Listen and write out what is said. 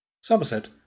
Somerset